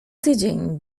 tydzień